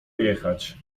jechać